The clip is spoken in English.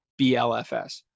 BLFS